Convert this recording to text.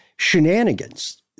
shenanigans